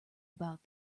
about